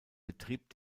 betrieb